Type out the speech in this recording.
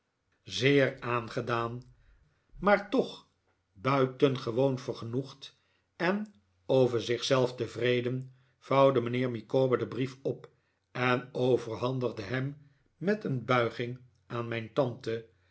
zeer aangedaan maar toch buitengewoon vergenoegd en over zich zelf tevreden vouwde mijnheer micawber den brief op en overhandigde hem met een buiging aan mijn tante